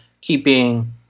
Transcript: keeping